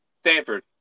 Stanford